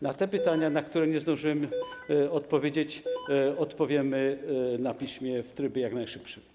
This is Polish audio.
Na te pytania, na które nie zdążyłem odpowiedzieć, odpowiem na piśmie w trybie jak najszybszym.